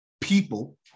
People